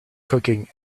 cooking